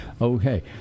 okay